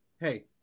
Hey